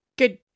Good